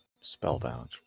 Spellbound